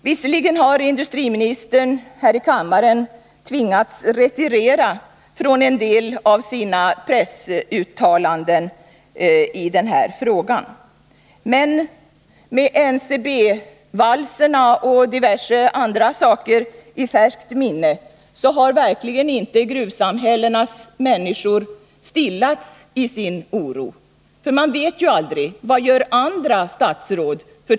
Visserligen har industriministern här i kammaren tvingats retirera från en del av sina pressuttalanden i denna fråga, men med NCB-valserna och diverse andra saker i färskt minne har gruvsamhällenas människor verkligen inte stillats i sin oro. Man vet ju aldrig vilka tolkningar andra statsråd gör.